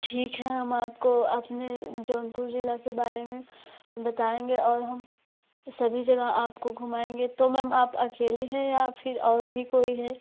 ठीक है हम आपको अपने जौनपुर ज़िले के बारे में बताएँगे और हम सभी जगह आपको घुमाएँगे तो मैम आप अकेले हैं या फिर और भी कोई है